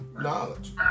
Knowledge